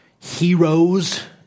Heroes